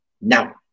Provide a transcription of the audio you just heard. Now